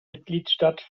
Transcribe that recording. mitgliedstaat